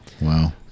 wow